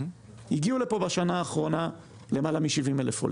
הגיעו לפה בשנה האחרונה למעלה מ-70,000 עולים.